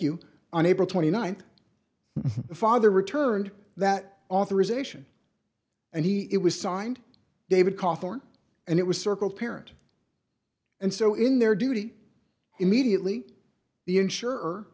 you on april th the father returned that authorization and he it was signed david cawthorne and it was circled parent and so in their duty immediately the insure